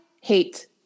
hate